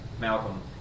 Malcolm